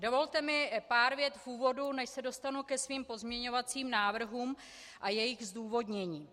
Dovolte mi pár vět v úvodu, než se dostanu ke svým pozměňovacím návrhům a jejich zdůvodnění.